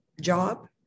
job